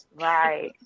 Right